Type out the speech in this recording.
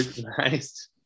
nice